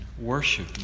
worship